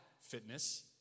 fitness